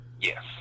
Yes